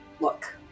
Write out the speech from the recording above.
look